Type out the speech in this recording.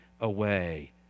away